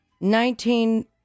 Nineteen